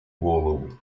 голову